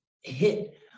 hit